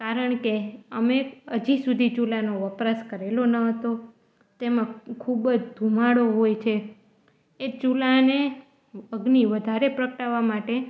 કારણ કે અમે હજી સુધી ચૂલાનો વપરાશ કરેલો ન હતો તેમાં ખૂબ જ ધુમાળો હોય છે એ ચૂલાને અગ્નિ વધારે પ્રગટાવવા માટે